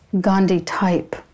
Gandhi-type